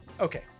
Okay